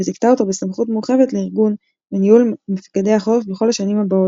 וזיכתה אותו בסמכות מורחבת לארגון וניהול מפקדי החורף בכל השנים הבאות,